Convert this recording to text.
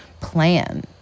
plan